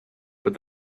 but